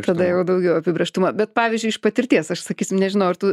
tada jau daugiau apibrėžtumo bet pavyzdžiui iš patirties aš sakysim nežinau ar tu